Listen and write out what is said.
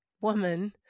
woman